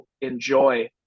enjoy